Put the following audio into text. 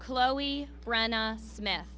chloe brenna smith